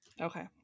Okay